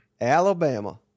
Alabama